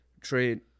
trade